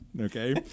Okay